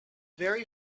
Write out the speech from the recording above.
very